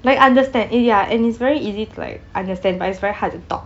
I understand it ya and it's very easy to like understand but it's very hard to talk